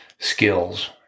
Skills